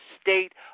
state